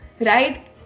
right